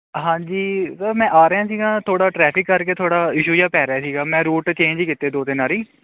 ਹਾਂਜੀ ਸਰ ਮੈਂ ਆ ਰਿਹਾ ਸੀਗਾ ਥੋੜ੍ਹਾ ਟਰੈਫਿਕ ਕਰਕੇ ਥੋੜ੍ਹਾ ਇਸ਼ੂ ਜਿਹਾ ਪੈ ਰਿਹਾ ਸੀਗਾ ਮੈਂ ਰੂਟ ਚੇਂਜ ਕੀਤੇ ਦੋ ਤਿੰਨ ਵਾਰੀ